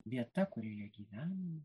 vieta kurioje gyvename